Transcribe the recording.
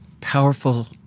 powerful